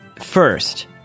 First